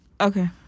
Okay